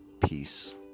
peace